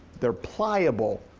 they're pliable.